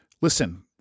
Listen